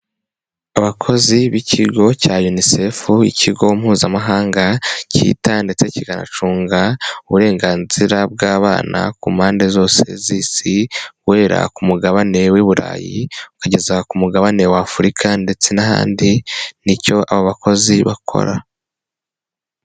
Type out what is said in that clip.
Abakozi b'ikigo cya unicef ikigo mpuzamahanga cyita ndetse kikanacunga uburenganzira bw'abana ku mpande zose z'isi guhera ku mugabane w'i burayi ukageza ku mugabane wa afurika ndetse n'ahandi nicyo aba abakozi bakora.